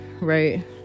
right